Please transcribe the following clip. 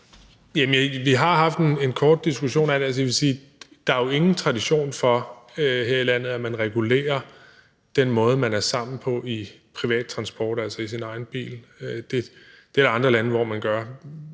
ikke er en tradition for her i landet, at man regulerer den måde, man er sammen på i privat transport, altså i sin egen bil. Det er der andre lande der gør,